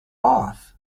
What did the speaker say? off